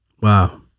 Wow